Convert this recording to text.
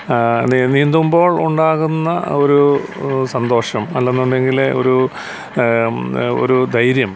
നീന്തുമ്പോൾ ഉണ്ടാകുന്ന ഒരൂ സന്തോഷം അല്ലെന്നുണ്ടെങ്കില് ഒരൂ ഒരു ധൈര്യം